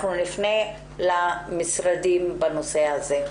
אנחנו נפנה למשרדים בנושא הזה.